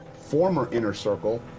former inner circle,